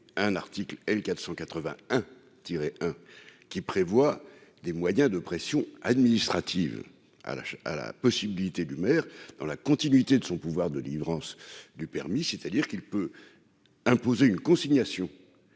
un article L 481 tirer, hein, qui prévoit des moyens de pression administrative à la à la possibilité du maire dans la continuité de son pouvoir, délivrance du permis, c'est-à-dire qu'il peut imposer une consignation